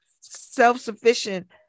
self-sufficient